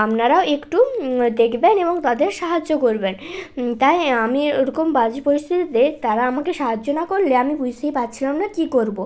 আপনারাও একটু দেখবেন এবং তাদের সাহায্য করবেন তাই আমি ওরকম বাজে পরিস্থিতিতে তারা আমাকে সাহায্য না করলে আমি বুঝতেই পারছিলাম না কী করব